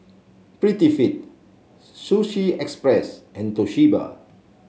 Prettyfit Sushi Express and Toshiba